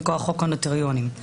אבל אני יודע שיש נוטריונים שהולכים